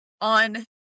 on